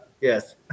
Yes